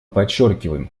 подчеркиваем